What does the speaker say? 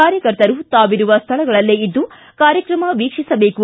ಕಾರ್ಯಕರ್ತರು ತಾವಿರುವ ಸ್ಥಳಗಳಲ್ಲೇ ಇದ್ದು ಕಾರ್ಯಕ್ರಮ ವೀಕ್ಷಿಸಬೇಕು